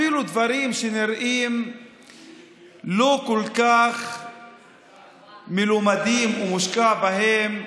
אפילו דברים שנראים לא כל כך מלומדים הוא מושקע בהם,